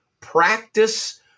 practice